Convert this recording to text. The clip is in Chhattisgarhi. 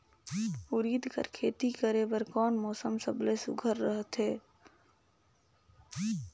उरीद कर खेती करे बर कोन मौसम सबले सुघ्घर रहथे?